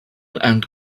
and